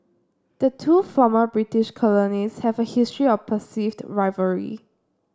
the two former British colonies have a history of perceived rivalry